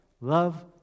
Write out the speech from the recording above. Love